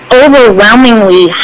overwhelmingly